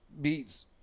beats